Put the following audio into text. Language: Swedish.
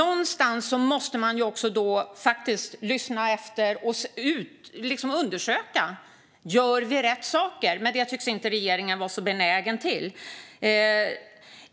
Man måste lyssna och undersöka om vi gör rätt saker. Men det tycks inte regeringen vara så benägen till.